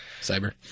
Cyber